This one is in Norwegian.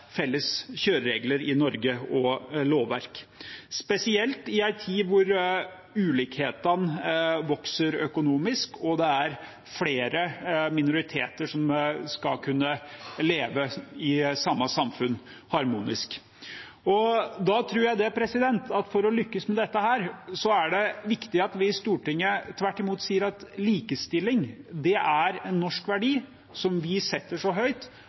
felles kjøreregler og lovverk i Norge, spesielt i en tid hvor ulikhetene vokser økonomisk og det er flere minoriteter som skal kunne leve harmonisk i samme samfunn. For å lykkes med dette tror jeg det er viktig at vi i Stortinget tvert imot sier at likestilling er en norsk verdi som vi setter så høyt